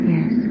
Yes